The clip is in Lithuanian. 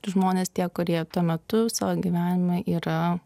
žmonės tie kurie tuo metu savo gyvenime yra